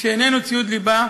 שאיננו ציוד ליבה,